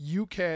UK